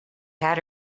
had